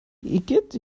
igitt